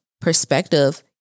perspective